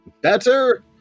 better